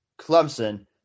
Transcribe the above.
Clemson